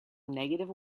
negative